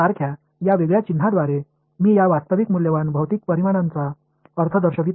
सारख्या या वेगळ्या चिन्हाद्वारे मी या वास्तविक मूल्यवान भौतिक परिमाणांचा अर्थ दर्शवित आहे